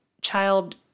child